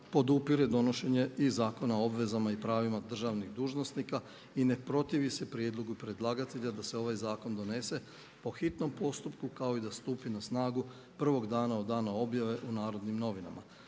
podupire donošenje i Zakona o obvezama i pravima državnih dužnosnika i ne protivi se prijedlogu predlagatelja da se ovaj zakon donese po hitnom postupku kao i da stupi na snagu prvog dana od dana objave u „Narodnim novinama“.